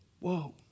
Whoa